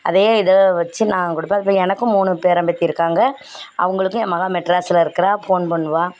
அதே இதை வச்சு நான் கொடுப்பேன் இப்போ எனக்கும் மூணு பேரன் பேத்தி இருக்காங்க அவங்களுக்கு என் மகள் மெட்ராஸில் இருக்கிறா ஃபோன் பண்ணுவாள்